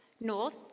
North